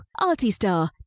Artistar